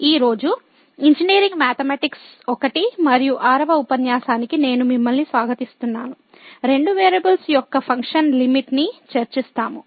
ఈ రోజు engineering mathematics I మరియు 6వ ఉపన్యాసానికి నేను మిమ్మల్ని స్వాగతిస్తున్నాను రెండు వేరియబుల్స్ యొక్క ఫంక్షన్ లిమిట్ ని చర్చిస్తాము